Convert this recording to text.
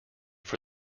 for